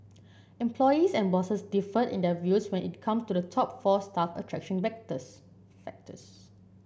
employees and bosses differed in their views when it come to the top four staff attraction factors factors